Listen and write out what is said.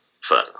further